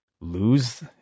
Lose